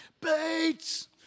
Bates